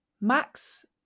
Max